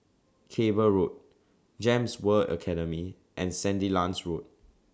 Cable Road Gems World Academy and Sandilands Road